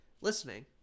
listening